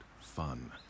fun